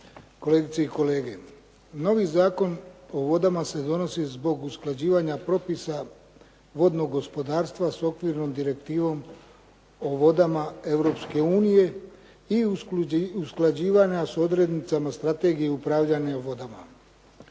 kolegice i kolege. Novi Zakon o vodama se donosi zbog usklađivanja propisa vodnog gospodarstva s okvirnom direktivom o vodama Europske unije, i usklađivanja s odrednicama strategije upravljanja vodama.